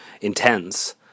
intense